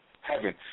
heaven